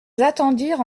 attendirent